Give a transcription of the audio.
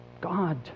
God